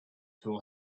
tool